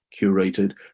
curated